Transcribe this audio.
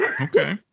okay